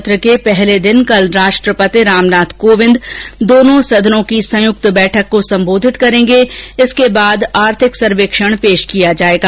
सत्र के पहले दिन कल राष्ट्रपति रामनाथ कोविंद दोनों सदनों की संयुक्त बैठक को सम्बोधित करेंगे इसके बाद आर्थिक सर्वेक्षण पेश किया जायेगा